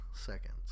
seconds